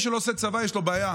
מי שלא עושה צבא, יש לו בעיה.